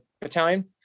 battalion